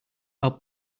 our